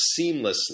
seamlessly